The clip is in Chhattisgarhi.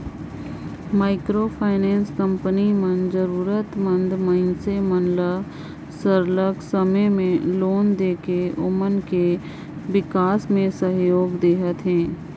माइक्रो फाइनेंस कंपनी मन जरूरत मंद मइनसे मन ल सरलग समे में लोन देके ओमन कर बिकास में सहयोग देहत अहे